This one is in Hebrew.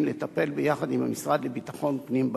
לטפל בנושא יחד עם המשרד לביטחון פנים.